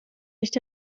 nicht